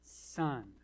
son